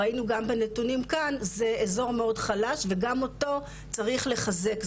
ראינו גם בנתונים כאן זה אזור מאוד חלש וגם אותו צריך לחזק.